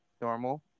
normal